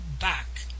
back